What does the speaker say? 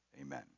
Amen